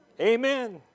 Amen